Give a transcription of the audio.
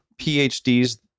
PhDs